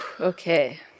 Okay